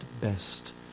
best